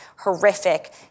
horrific